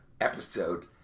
episode